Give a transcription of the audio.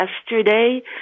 yesterday